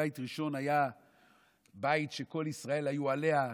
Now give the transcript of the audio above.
בית ראשון היה בית שכל ישראל היו עליה,